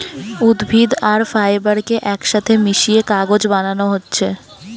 উদ্ভিদ আর ফাইবার কে একসাথে মিশিয়ে কাগজ বানানা হচ্ছে